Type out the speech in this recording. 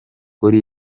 kuri